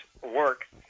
work